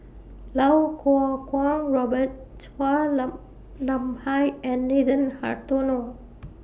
Lau Kuo Kwong Robert Chua Lam Nam Hai and Nathan Hartono